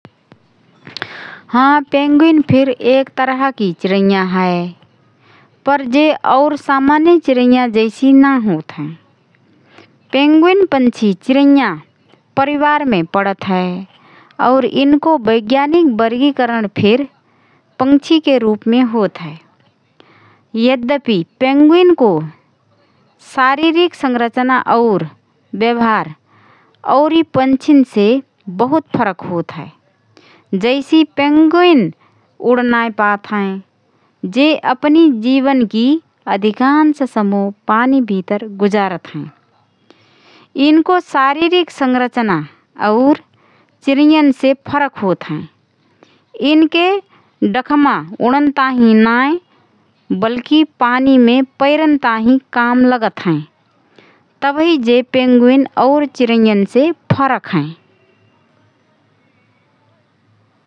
हँ, पेंगुइन फिर एक तरहाकी चिँरैया हए । पर जे और सामान्य चिँरैया जैसि नाएँ होतहएँ । पेंगुइन पक्षी (चिँरैया) परिवारमे पडत हए और यिनको वैज्ञानिक वर्गीकरण फिर पक्षीके रूपमे होतहए । यद्यपि, पेंगुइनको शारीरिक संरचना और व्यवहार औरी पक्षीनसे बहुत फरक होतहए । जैसि: पेंगुइन उडनाएँ पात हएँ । जे अपनी जीवनकी अधिकांश समो पानी भितर गुजरात हएँ । यिनको शारीरिक संरचना और चिँरैयनसे फरक होतहएँ । यिनके डखमा उडन ताहिँ नाएँ बल्कि पानीमे पैरन ताहिँ काम लगत हएँ । तबहि जे पेंगुइन और चिँरैयनसे फरक हएँ ।